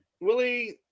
Willie